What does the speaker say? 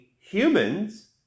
humans